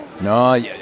no